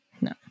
No